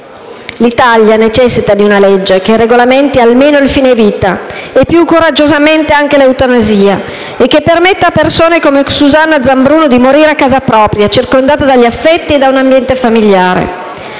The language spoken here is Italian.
L'Italia necessita di una legge che regolamenti almeno il fine vita e, più coraggiosamente, anche l'eutanasia e che permetta a persone come Susanna Zambruno Martignetti di morire a casa propria, circondata dagli affetti e da un ambiente familiare.